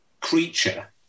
creature